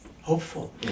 hopeful